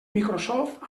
microsoft